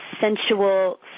sensual